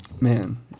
Man